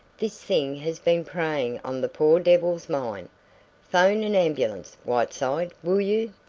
this thing has been preying on the poor devil's mind phone an ambulance, whiteside, will you?